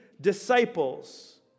disciples